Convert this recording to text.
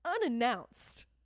unannounced